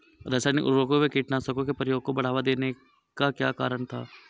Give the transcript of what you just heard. रासायनिक उर्वरकों व कीटनाशकों के प्रयोग को बढ़ावा देने का क्या कारण था?